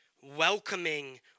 welcoming